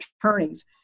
attorneys